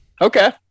Okay